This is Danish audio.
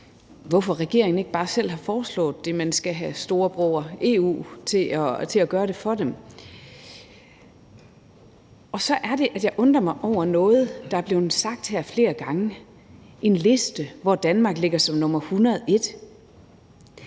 hvorfor regeringen ikke bare selv har foreslået det, men skal have storebror EU til at gøre det for dem. Og så er det, at jeg undrer mig over noget, der er blevet sagt flere gange her. Det handler om en liste, hvor Danmark ligger som nummer 101.